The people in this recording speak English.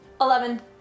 Eleven